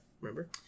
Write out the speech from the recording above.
Remember